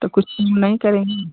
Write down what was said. तो कुछ नहीं करेंगी